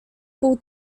pół